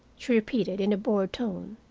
she repeated, in a bored tone.